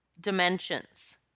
dimensions